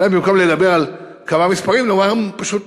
אולי במקום לדבר על כמה מספרים נאמר פשוט